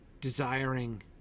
desiring